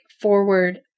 forward